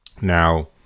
Now